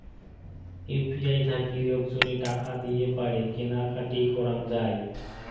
UPI থাকি লোকজনে টাকা দিয়ে পারে কেনা কাটি করাঙ যাই